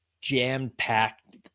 jam-packed